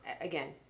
Again